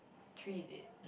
three is it